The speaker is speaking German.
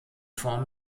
form